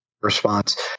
response